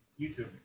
YouTube